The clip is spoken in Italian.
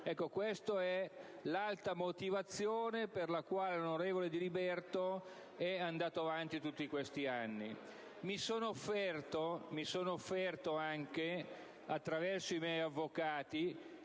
Questa è l'alta motivazione per la quale l'onorevole Diliberto è andato avanti tutti questi anni. Mi sono offerto, anche attraverso i miei avvocati,